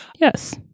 Yes